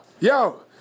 Yo